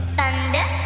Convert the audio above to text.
Thunder